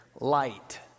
light